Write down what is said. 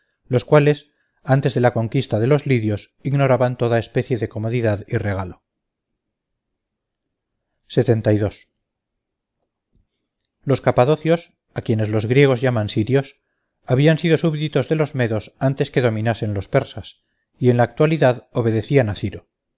los cuales antes de la conquista de los lidios ignoraban toda especie de comodidad y regalo los capadocios a quienes los griegos llaman syrios habían sido súbditos de los medos antes que dominasen los persas y en la actualidad obedecían a ciro